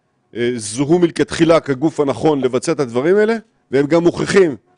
חיפשנו מתחת לכל אבן את הדרך היצירתית והטובה כדי ליצור